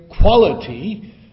quality